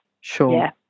Sure